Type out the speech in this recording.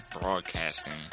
broadcasting